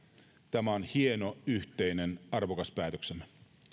tämä on hieno yhteinen arvokas päätöksemme